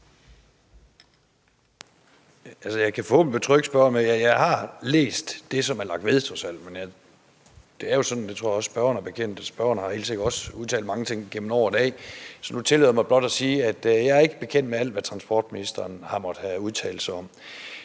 spørgeren med, at jeg har læst det, som er lagt ved, trods alt. Men jeg tror også, at spørgeren helt sikkert har udtalt mange ting gennem år og dag. Så nu tillader jeg mig blot at sige, at jeg ikke er bekendt med alt, hvad transportministeren måtte have udtalt sig om.